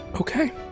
Okay